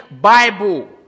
Bible